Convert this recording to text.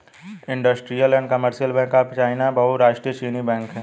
industrial and commercial bank of China बहुराष्ट्रीय चीनी बैंक है